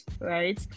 right